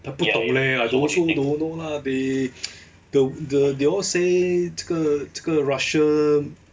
ah 不懂 leh I also don't know lah they the the they all say 这个这个 russia